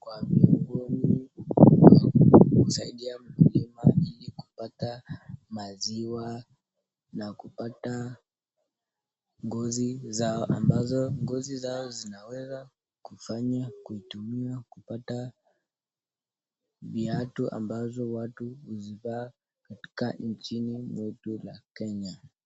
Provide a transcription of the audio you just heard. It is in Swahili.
kwa jundoni ili kusaidia mkulima ili kupata maziwa na kupata, ngozi zao, ambazo ngozi zao zinaweza, kufanya kutumiwa kupata viatu ambazo watu huzivaa, katika nchini mwetu la Kenya.